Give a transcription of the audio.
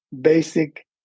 basic